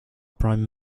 prime